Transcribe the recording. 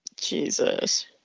Jesus